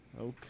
Okay